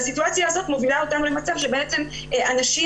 והסיטואציה הזאת מובילה אותנו למצב שבעצם הנשים,